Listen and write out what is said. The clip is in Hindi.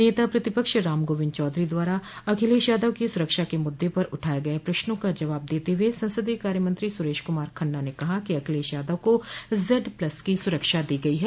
नेता प्रतिपक्ष राम गोविन्द चौधरी द्वारा अखिलेश यादव की सुरक्षा के मुद्दे पर उठाये गये प्रश्नों का जवाब देते हुए संसदीय कार्य मंत्री सुरेश कुमार खन्ना ने कहा कि अखिलेश यादव को जेड प्लस की सुरक्षा दी गई है